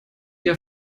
ihr